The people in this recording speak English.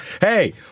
hey